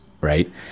right